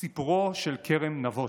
סיפורו של כרם נבות.